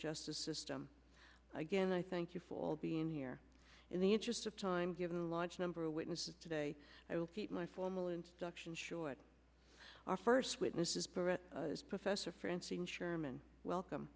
justice system again i thank you for being here in the interest of time given a large number of witnesses today i will keep my formal instruction short our first witnesses barrette professor francine sherman welcome